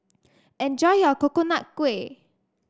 enjoy your Coconut Kuih